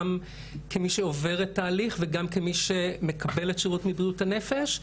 גם כמי שעוברת תהליך וגם כמי שמקבלת שירות מבריאות הנפש.